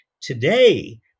Today